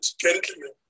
gentlemen